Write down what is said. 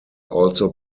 also